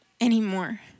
anymore